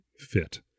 fit